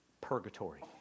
Purgatory